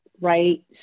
right